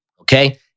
okay